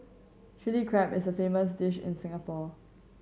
Chilli Crab is a famous dish in Singapore